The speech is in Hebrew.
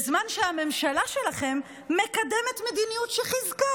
בזמן שהממשלה שלכם מקדמת מדיניות שחיזקה